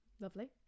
Lovely